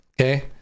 Okay